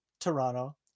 Toronto